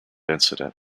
incident